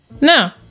No